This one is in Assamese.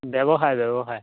ব্যৱসায় ব্যৱসায়